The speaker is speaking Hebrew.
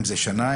לפעמים בכל שנה,